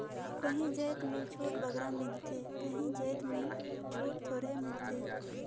काहीं जाएत में छूट बगरा मिलथे काहीं जाएत में छूट थोरहें मिलथे